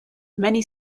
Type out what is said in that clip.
many